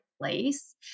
place